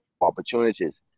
opportunities